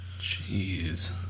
Jeez